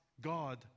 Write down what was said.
God